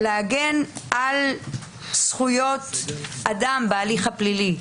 להגן על זכויות אדם בהליך הפלילי,